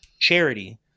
charity